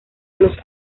los